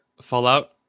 Fallout